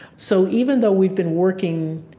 so even though we've been working